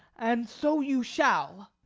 and so you shall.